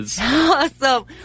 Awesome